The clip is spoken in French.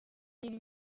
mille